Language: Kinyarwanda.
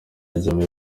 jammeh